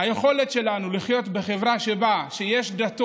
היכולת שלנו, לחיות בחברה שיש בה דתות